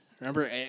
Remember